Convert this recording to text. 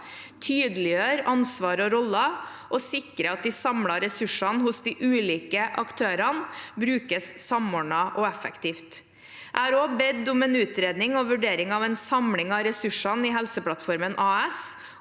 tydeliggjør ansvar og roller og sikrer at de samlede ressursene hos de ulike aktørene brukes samordnet og effektivt. Jeg har også bedt om en utredning og vurdering av en samling av ressursene i Helseplattformen AS